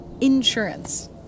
insurance